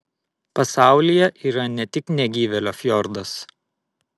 pasaulyje yra ne tik negyvėlio fjordas